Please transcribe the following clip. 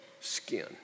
skin